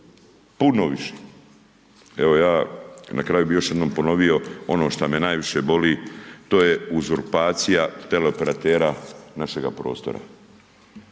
puno više. Evo, ja na kraju bi još jednom ponovio, ono što me najviše boli, to je uzurpacija teleoperatera našega prostora.